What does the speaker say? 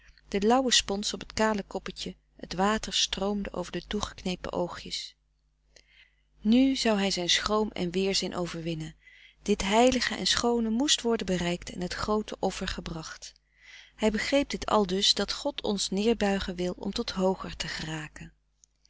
de lauwe spons op het kale koppetje t water stroomde over de toegeknepen oogjes nu zou hij zijn schroom en weerzin overwinnen dit frederik van eeden van de koele meren des doods heilige en schoone moest worden bereikt en het groote offer gebracht hij begreep dit aldus dat god ons neerbuigen wil om tot hooger te geraken